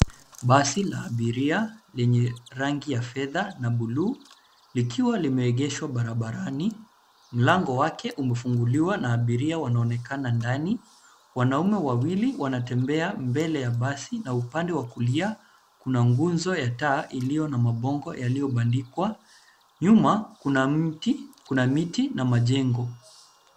Basi la abiria, lenye rangi ya fedha, na bluu, likiwa limeegeshwa barabarani, mlango wake umefunguliwa, na abiria wanaonekana ndani, wanaume wawili, wanatembea, mbele ya basi, na upande wa kulia, kuna nguzo ya taa, iliyo na mabango yaliyobandikwa, nyuma, kuna mti, kuna miti, na majengo.